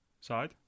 side